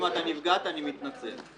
אם נפגעת אני מתנצל.